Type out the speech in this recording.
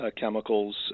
chemicals